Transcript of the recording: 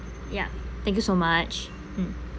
ya thank you so much mm